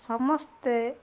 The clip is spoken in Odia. ସମସ୍ତେ